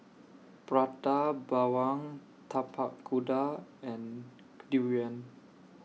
Prata Bawang Tapak Kuda and Durian